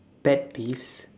pet peeves